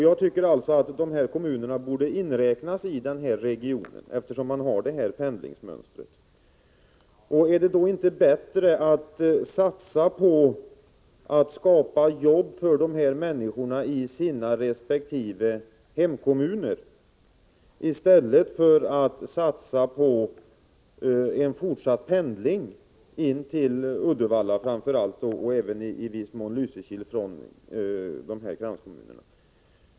Jag tycker att dessa kommuner borde inräknas i den här regionen, eftersom man har detta pendlingsmönster. Är det inte då bättre att skapa arbete för dessa människor i deras resp. hemkommuner i stället för att satsa på en fortsatt pendling in till framför allt Uddevalla, men även i viss mån också Lysekil?